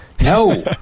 no